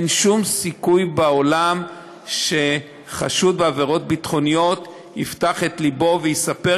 אין שום סיכוי בעולם שחשוד בעבירות ביטחוניות יפתח את לבו ויספר,